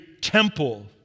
temple